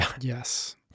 Yes